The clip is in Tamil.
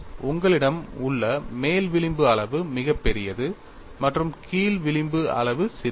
உங்களிடம் உள்ள மேல் விளிம்பு அளவு மிகப் பெரியது மற்றும் கீழ் விளிம்பு அளவு சிறியது